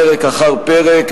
פרק אחר פרק,